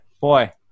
Boy